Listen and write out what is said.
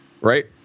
right